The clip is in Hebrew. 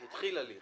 --- התחיל הליך.